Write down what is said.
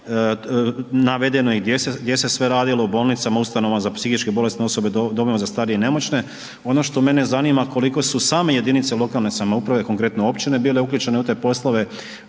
navedeno je i gdje se sve radilo, u bolnicama, ustanovama za psihički bolesne osobe, u domovima za starije i nemoćne. Ono što mene zanima, koliko su same jedinice lokalne samouprave, konkretno općine bile uključene u te poslove,